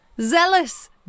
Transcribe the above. Zealous